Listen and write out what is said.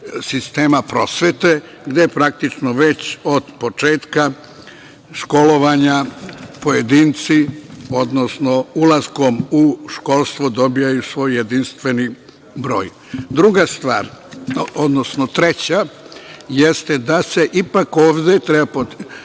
sistema prosvete, gde praktično već od početka školovanja pojedinci ulaskom u školstvo dobijaju svoj jedinstveni broj. Druga stvar, odnosno treća, jeste da se, ipak ovde treba